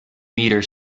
meter